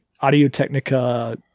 Audio-Technica